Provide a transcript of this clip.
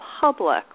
public